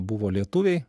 buvo lietuviai